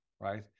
right